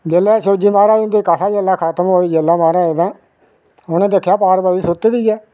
जेलै शिबजी महाराज होंदी कथा जिसलै खत्म होई ते उसलै महाराज ते उंहे दिक्खेआ पार्बती सुत्ती दी गै ही